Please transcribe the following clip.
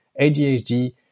ADHD